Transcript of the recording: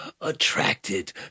Attracted